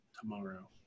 tomorrow